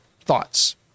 thoughts